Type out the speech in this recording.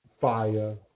fire